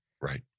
Right